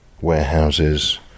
warehouses